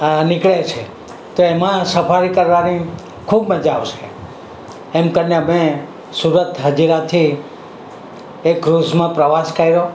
આ નીકળે છે તો એમાં સફારી કરવાની ખૂબ મજા આવશે એમ કરીને અમે સુરત હજીરાથી એક ક્રૂઝમાં પ્રવાસ કર્યો